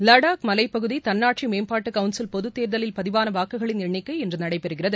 லடாக் மலைப் பகுதி தன்னாட்சி மேம்பாட்டுக் கவுன்சில் பொதுத் தேர்தலில் பதிவான வாக்குகளின் எண்ணிக்கை இன்று நடைபெறுகிறது